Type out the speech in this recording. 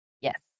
Yes